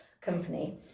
company